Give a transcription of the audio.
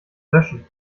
löschen